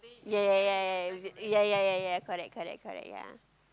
ya ya ya ya ya ya correct correct correct ya